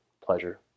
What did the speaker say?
pleasure